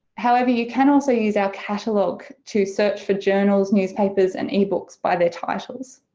however you can also use our catalogue to search for journals, newspapers and ebooks by their titles.